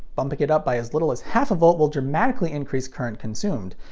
bumping it up by as little as half a volt will dramatically increase current consumed.